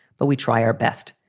but we try our best.